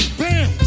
bam